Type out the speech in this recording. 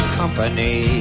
company